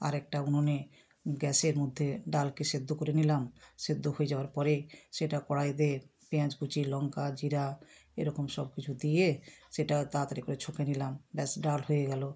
আর একটা উনোনে গ্যাসের মধ্যে ডালকে সেদ্ধ করে নিলাম সেদ্ধ হয়ে যাবার পরে সেটা কড়াইতে পেঁয়াজ কুঁচি লঙ্কা জিরা এরকম সব কিছু দিয়ে সেটা তাড়াতাড়ি করে ছকে নিলাম ব্যাস ডাল হয়ে গেলো